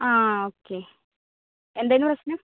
ആ ഓക്കെ എന്തായിരുന്നു പ്രശ്നം